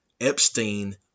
Epstein